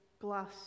glass